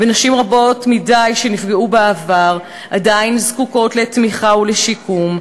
ונשים רבות מדי שנפגעו בעבר עדיין זקוקות לתמיכה ולשיקום.